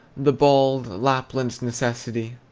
the bald, lapland's necessity.